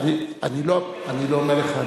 אני לא אומר לך.